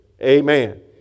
Amen